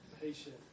patient